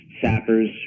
Sappers